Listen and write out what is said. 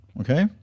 Okay